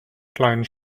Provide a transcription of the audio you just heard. kleinen